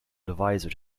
advisor